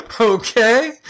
Okay